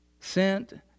sent